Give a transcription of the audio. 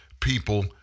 people